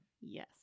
Yes